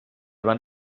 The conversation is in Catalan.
van